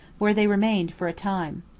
where they remained for a time.